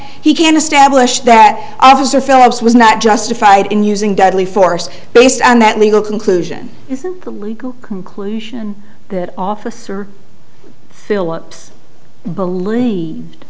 he can establish that officer phillips was not justified in using deadly force based on that legal conclusion isn't legal conclusion that officer philips believe